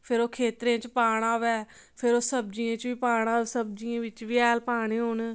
फिर ओह् खेत्तरें च पाना होऐ फिर ओह् सब्जियें च बी पाना होऐ सब्जियें च हैल पाने होन